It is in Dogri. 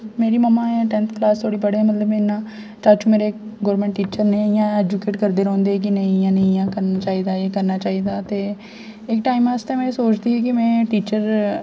मेरी मम्मा ऐ टैंथ क्लास तोड़ी पढ़े दे न ते चाचू मेरे गवर्नमेंट टीचर ने इ'यां एजुकेट करदे रौह्ंदे कि नेईं एह् नेईं एह् करना चाहिदा एह् करना चाहिदा ते इक टाइम आस्तै में एह् सोचदी ही कि में टीचर